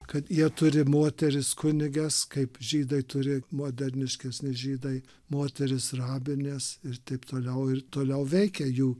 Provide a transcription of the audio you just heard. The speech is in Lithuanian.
kad jie turi moteris kunigas kaip žydai turi moderniškesnį žydai moteris rabines ir taip toliau ir toliau veikia jų